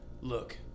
Look